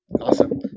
Awesome